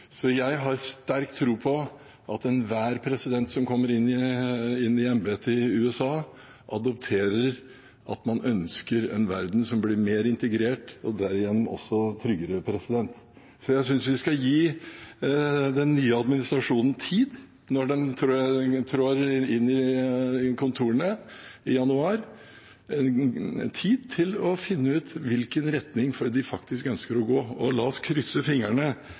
så jeg har sterk tro på at enhver president som kommer inn i embetet i USA, adopterer ønsket om en verden som blir mer integrert, og derigjennom også tryggere. Jeg synes vi skal gi den nye administrasjonen tid, når den trår inn i kontorene i januar, til å finne ut i hvilken retning den faktisk ønsker å gå. Og la oss krysse